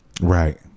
Right